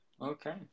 Okay